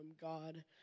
God